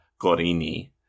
Gorini